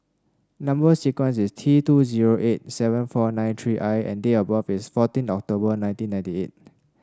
number sequence is T two zero eight seven four nine three I and date of birth is fourteen October nineteen ninety eight